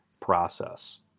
process